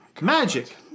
magic